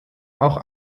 auch